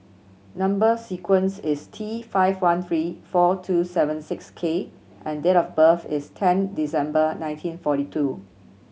number sequence is T five one three four two seven six K and date of birth is ten December nineteen forty two